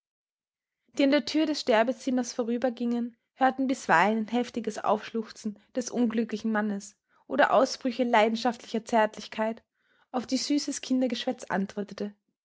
die an der thür des sterbezimmers vorübergingen hörten bisweilen ein heftiges aufschluchzen des unglücklichen mannes oder ausbrüche leidenschaftlicher zärtlichkeit auf die süßes kindergeschwätz antwortete